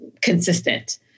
consistent